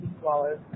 swallows